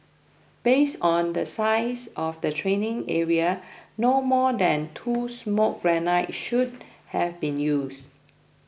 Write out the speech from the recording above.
based on the size of the training area no more than two smoke grenades should have been used